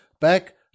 back